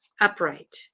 upright